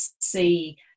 see